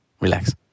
Relax